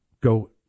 go